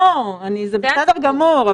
לא, זה בסדר גמור.